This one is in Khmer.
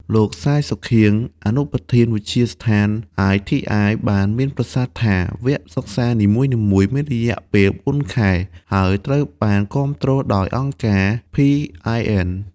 លោក សាយ សុខៀង អនុប្រធានវិទ្យាស្ថាន ITI បានមានប្រសាសន៍ថា “វគ្គសិក្សានីមួយៗមានរយៈពេលបួនខែ ហើយត្រូវបានគាំទ្រដោយអង្គការ PIN។